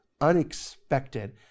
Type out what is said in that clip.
unexpected